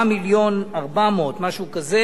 4.4 מיליון, משהו כזה,